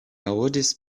aŭdis